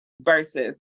versus